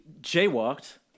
jaywalked